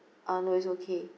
uh no it's okay